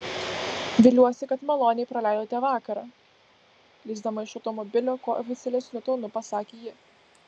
viliuosi kad maloniai praleidote vakarą lįsdama iš automobilio kuo oficialesniu tonu pasakė ji